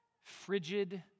frigid